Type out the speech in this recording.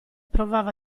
provava